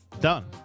Done